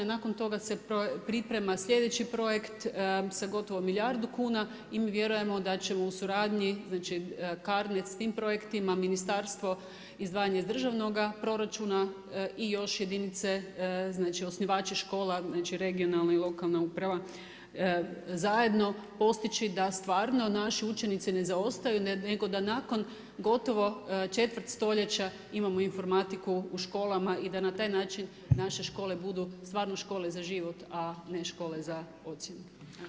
Nakon toga se priprema sljedeći projekt sa gotovo milijardu kuna i mi vjerujemo da ćemo u suradnji, znači CARNET sa tim projektima, ministarstvo izdvajanje iz državnoga proračuna i još jedinice, znači osnivači škola, znači regionalna i lokalna uprava zajedno postići da stvarno naši učenici ne zaostaju, nego da nakon gotovo četvrt stoljeća imamo informatiku u školama i da na taj način naše škole budu stvarno škole za život, a ne škole za ocjenu.